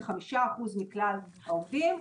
כחמישה אחוז מכלל העובדים.